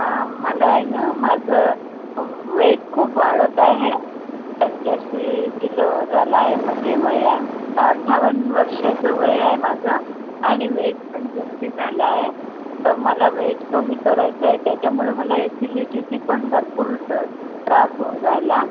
हां मला आहे ना माझं वेट खूप वाढत आहे पंच्याऐंशी किलो झालं आहे म्हणजे वया अठ्ठावन्न वर्षाचं वय आहे माझं आणि वेट पण जास्त झालं आहे तर मला वेट कमी करायचं आहे त्याच्यामुळं मला एसिलीटीची पण भरपूर स त्रास होऊन राहिला